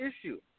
issue